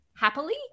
happily